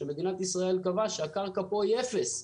שמדינת ישראל קבעה שהקרקע פה היא אפס.